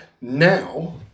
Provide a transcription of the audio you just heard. Now